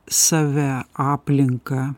save aplinką